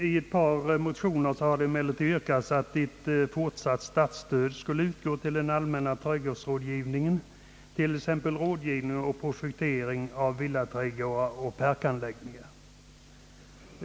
I ett par motioner har man emellertid yrkat på att fortsatt statsstöd skulle utgå till den allmänna trädgårdsrådgivningen, t.ex. för rådgivning och projektering när det gäller villaträdgårdar och parkanläggningar.